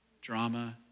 drama